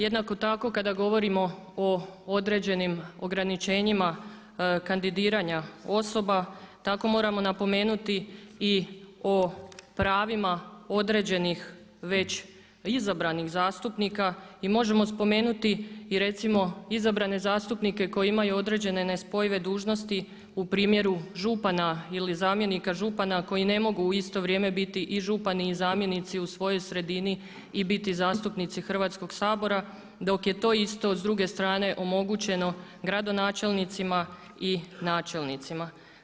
Jednako tako kada govorimo o određenim ograničenjima kandidiranja osoba tako moramo napomenuti i o pravima određenih već izabranih zastupnika i možemo spomenuti i recimo izabrane zastupnike koji imaju određene nespojive dužnosti u primjeru župana ili zamjenika župana koji ne mogu u isto vrijeme biti i župani i zamjenici u svojoj sredini i biti zastupnici Hrvatskog sabora, dok je to isto s druge strane omogućeno gradonačelnicima i načelnicima.